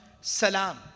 salam